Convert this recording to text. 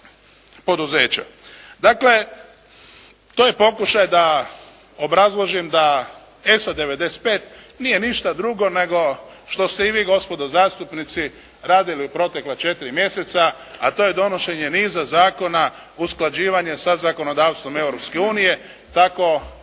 poduzeća. Dakle to je pokušaj da obrazložim da ESO 95 nije ništa drugo nego što ste i vi gospodo zastupnici radili u protekla 4 mjeseca, a to je donošenje niza zakona usklađivanje sa zakonodavstvom Europske